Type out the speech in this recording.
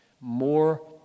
More